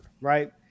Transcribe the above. right